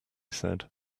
said